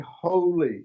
holy